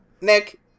Nick